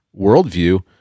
worldview